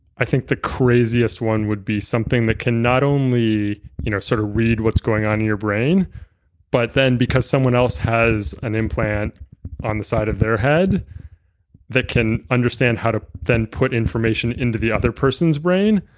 i think the craziest one would be something that can not only you know sort of read what's going on in your brain but then because someone else has an implant on the side of their head that can understand how to then put information into the other person's brain,